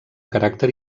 caràcter